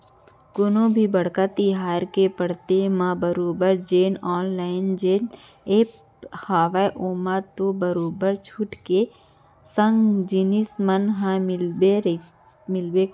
कोनो भी बड़का तिहार के पड़त म बरोबर जेन ऑनलाइन जेन ऐप हावय ओमा तो बरोबर छूट के संग जिनिस मन ह मिलते रहिथे